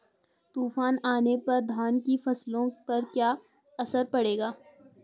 तूफान आने पर धान की फसलों पर क्या असर पड़ेगा?